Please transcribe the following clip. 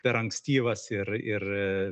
per ankstyvas ir ir a